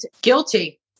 Guilty